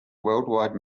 worldwide